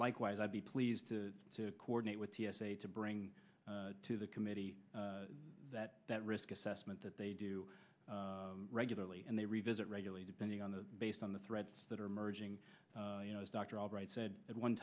likewise i'd be pleased to coordinate with t s a to bring to the committee that that risk assessment that they do regularly and they revisit regularly depending on the based on the threats that are emerging you know as dr albright said at one